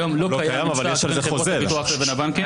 היום לא קיים ממשק בין חברות הביטוי לבין הבנקים.